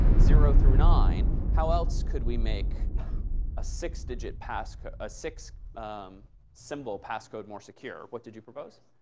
zero through nine. how else could we make a six digit passcode a six symbol passcode more secure? what did you propose?